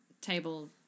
Table